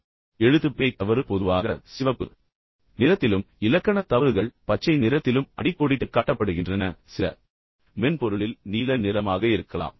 எனவே எழுத்துப்பிழை தவறு பொதுவாக சிவப்பு நிறத்தால் அடிக்கோடிட்டுக் காட்டப்படுகிறது மற்றும் இலக்கண தவறுகள் பச்சை நிறத்தால் அடிக்கோடிட்டுக் காட்டப்படுகின்றன அல்லது சில மென்பொருளில் நீல நிறமாக இருக்கலாம்